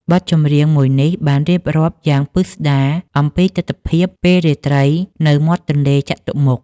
បទចម្រៀងមួយនេះបានរៀបរាប់យ៉ាងពិស្តារអំពីទិដ្ឋភាពពេលរាត្រីនៅមាត់ទន្លេចតុមុខ។